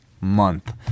month